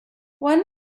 one